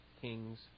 Kings